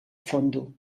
fondo